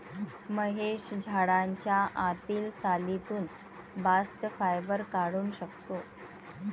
महेश झाडाच्या आतील सालीतून बास्ट फायबर काढून टाकतो